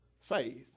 faith